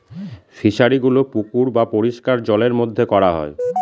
ফিশারিগুলো পুকুর বা পরিষ্কার জলের মধ্যে করা হয়